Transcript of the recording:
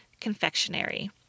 confectionery